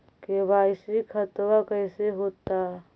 KYC खतबा कैसे होता?